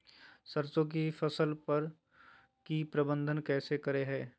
सरसों की फसल पर की प्रबंधन कैसे करें हैय?